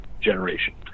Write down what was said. generation